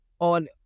on